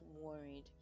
worried